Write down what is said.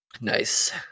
Nice